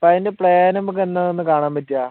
അപ്പം അതിൻ്റെ പ്ലാന് നമുക്കെന്നാ ഒന്ന് കാണാൻ പറ്റുക